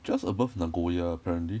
just above nagoya apparently